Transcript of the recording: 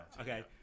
okay